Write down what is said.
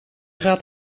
gaat